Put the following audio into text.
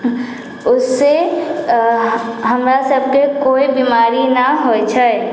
उससँ हमरा सभके कोइ बिमारी न होइ छै